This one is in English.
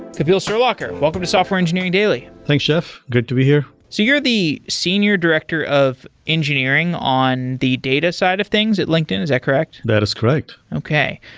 kapil surlaker, welcome to software engineering daily thanks, jeff. great to be here so you're the senior director of engineering on the data side of things at linkedin. is that correct? that is correct okay.